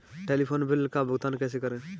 Telephone bill का भुगतान कैसे करें?